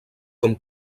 com